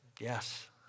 yes